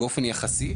באופן יחסי,